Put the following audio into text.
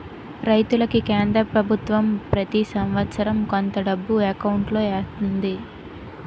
రైతులకి కేంద్ర పభుత్వం ప్రతి సంవత్సరం కొంత డబ్బు ఎకౌంటులో ఎత్తంది